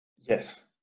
Yes